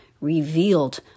revealed